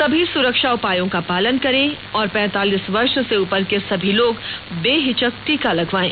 सभी सुरक्षा उपायों का पालन करें और पैंतालीस वर्ष से उपर के सभी लोग बेहिचक टीका लगवायें